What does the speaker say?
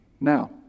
Now